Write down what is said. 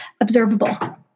observable